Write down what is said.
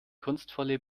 kunstvolle